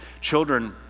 Children